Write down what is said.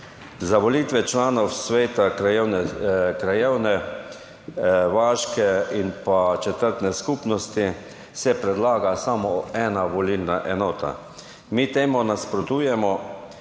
Za volitve članov sveta krajevne, vaške in četrtne skupnosti se predlaga samo ena volilna enota. Mi temu nasprotujemo,